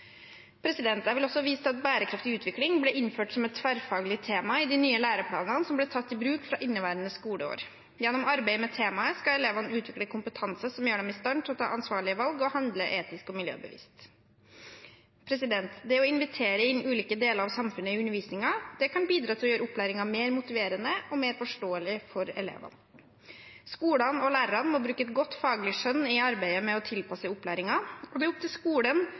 Jeg vil også vise til at bærekraftig utvikling ble innført som et tverrfaglig tema i de nye læreplanene som ble tatt i bruk fra inneværende skoleår. Gjennom arbeid med temaet skal elevene utvikle kompetanse som gjør dem i stand til å ta ansvarlige valg og handle etisk og miljøbevisst. Det å invitere inn ulike deler av samfunnet i undervisningen kan bidra til å gjøre opplæringen mer motiverende og mer forståelig for elevene. Skolene og lærerne må bruke et godt faglig skjønn i arbeidet med å tilpasse opplæringen, og det er opp til skolen